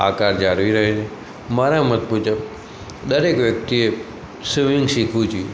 આકાર જાળવી રહે મારા મત મુજબ દરેક વ્યક્તિએ સ્વિમિંગ શીખવું જોઈએ